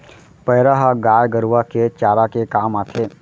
पैरा ह गाय गरूवा के चारा के काम आथे